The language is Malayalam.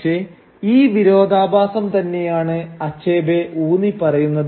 പക്ഷേ ഈ വിരോധാഭാസം തന്നെയാണ് അച്ചബെ ഊന്നിപ്പറയുന്നത്